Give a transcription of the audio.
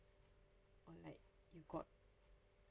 or like you got